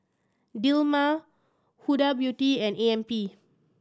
Dilmah Huda Beauty and A M P